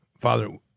Father